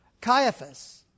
Caiaphas